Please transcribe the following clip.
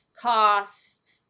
costs